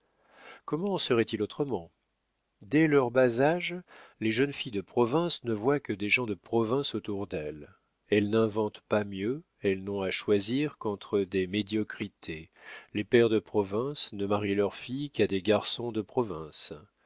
comment en serait-il autrement dès leur bas âge les jeunes filles de province ne voient que des gens de province autour d'elles elles n'inventent pas mieux elles n'ont à choisir qu'entre des médiocrités les pères de province ne marient leurs filles qu'à des garçons de province